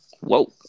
Whoa